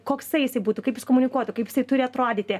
koksai jisai būtų kaip jis komunikuotų kaip jisai turi atrodyti